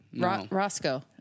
Roscoe